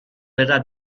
verrà